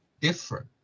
different